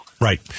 Right